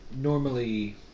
normally